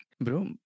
bro